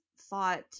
thought